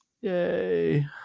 Yay